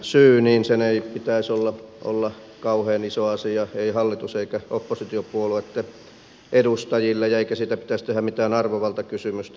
sen ei pitäisi olla kauhean iso asia ei hallitus eikä oppositiopuolueitten edustajille eikä siitä pitäisi tehdä mitään arvovaltakysymystä